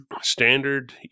standard